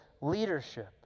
leadership